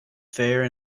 fair